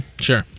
Sure